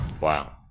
wow